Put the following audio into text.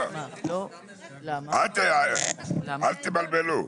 אל תבלבלו.